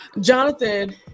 Jonathan